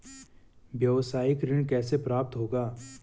व्यावसायिक ऋण कैसे प्राप्त होगा?